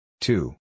Two